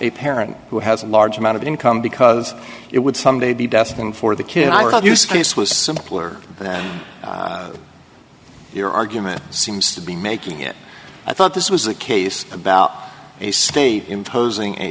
a parent who has a large amount of income because it would someday be destined for the kid i recall use case was simpler your argument seems to be making it i thought this was a case about a state imposing a